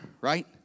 Right